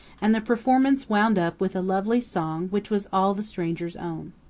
and the performance wound up with a lovely song which was all the stranger's own.